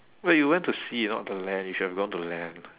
wait you went to sea not the land you should have gone to land lah